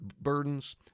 burdens